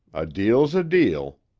a deal's a deal.